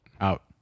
Out